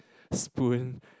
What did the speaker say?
spoon